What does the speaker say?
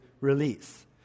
release